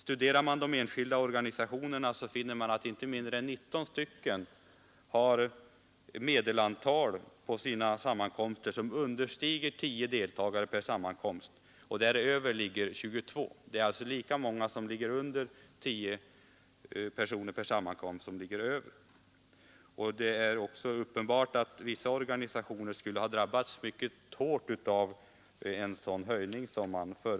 Studerar man de enskilda organisationerna, så finner man att inte mindre än 19 har ett medelantal deltagare som understiger 10 per sammankomst, medan 22 organisationer når däröver. De organisationer som har under 10 personer per sammankomst är alltså lika många som de som har därunder. Det är uppenbart att vissa organisationer skulle ha drabbats mycket hårt av en sådan höjning som föreslogs.